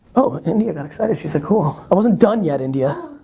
oh, india got excited, she said cool. i wasn't done yet india.